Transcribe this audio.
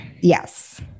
Yes